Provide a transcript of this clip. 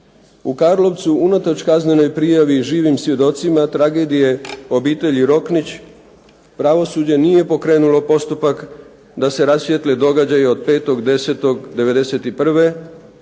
"U Karlovcu unatoč kaznenoj prijavi živim svjedocima tragedije obitelji Roknić pravosuđe nije pokrenulo postupak da se rasvijetle događaji od 5.10.'91.